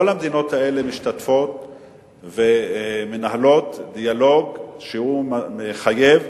כל המדינות האלה משתתפות ומנהלות דיאלוג שהוא מחייב,